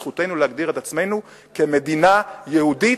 זכותנו להגדיר את עצמנו כמדינה יהודית,